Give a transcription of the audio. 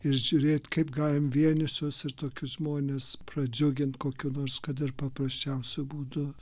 ir žiūrėt kaip galim vienišus ir tokius žmones pradžiugint kokiu nors kad ir paprasčiausiu būdu